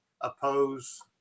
oppose